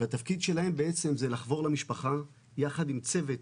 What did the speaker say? התפקיד שלהם בעצם הוא לחבור למשפחה יחד עם צוות,